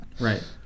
right